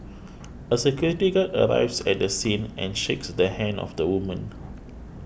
a security guard arrives at the scene and shakes the hand of the woman